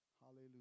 Hallelujah